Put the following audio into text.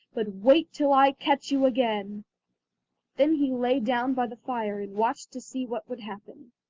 but wait till i catch you again then he lay down by the fire and watched to see what would happen.